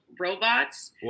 robots